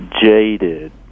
jaded